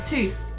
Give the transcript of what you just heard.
Tooth